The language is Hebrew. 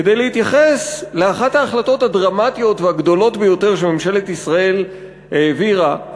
כדי להתייחס לאחת ההחלטות הדרמטיות והגדולות ביותר שממשלת ישראל העבירה,